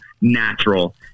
natural